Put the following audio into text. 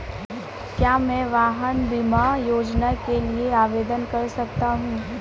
क्या मैं वाहन बीमा योजना के लिए आवेदन कर सकता हूँ?